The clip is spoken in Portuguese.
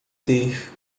ter